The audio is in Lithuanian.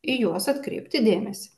į juos atkreipti dėmesį